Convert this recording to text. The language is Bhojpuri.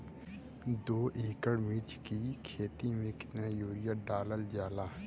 दो एकड़ मिर्च की खेती में कितना यूरिया डालल जाला?